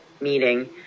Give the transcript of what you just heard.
meeting